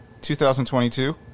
2022